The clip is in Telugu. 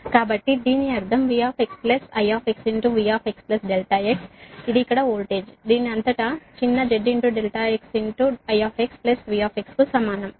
కాబట్టి దీని అర్థం V plus I V x ∆x ఇది ఇక్కడ వోల్టేజ్ దీని అంతటా చిన్న z ∆x I V కు సమానం